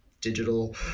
digital